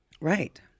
Right